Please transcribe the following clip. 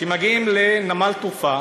כשמגיעים לנמל תעופה